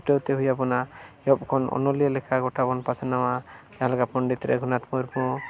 ᱪᱷᱩᱴᱟᱹᱣᱛᱮ ᱦᱩᱭ ᱟᱵᱚᱱᱟ ᱮᱦᱚᱵ ᱠᱷᱚᱱ ᱚᱱᱚᱞᱤᱭᱟᱹ ᱞᱮᱠᱟ ᱜᱚᱴᱟᱵᱚᱱ ᱯᱟᱥᱱᱟᱣᱟ ᱡᱟᱦᱟᱸᱞᱮᱠᱟ ᱯᱚᱱᱰᱤᱛ ᱨᱚᱜᱷᱩᱱᱟᱛᱷ ᱢᱩᱨᱢᱩ